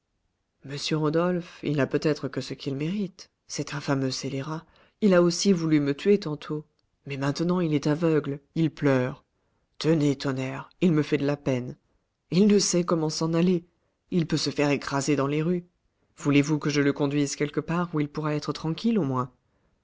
monsieur rodolphe il n'a peut-être que ce qu'il mérite c'est un fameux scélérat il a aussi voulu me tuer tantôt mais maintenant il est aveugle il pleure tenez tonnerre il me fait de la peine il ne sait comment s'en aller il peut se faire écraser dans les rues voulez-vous que je le conduise quelque part où il pourra être tranquille au moins